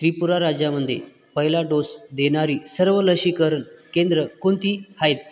त्रिपुरा राज्यामध्ये पहिला डोस देणारी सर्व लसीकरण केंद्रं कोणती आहेत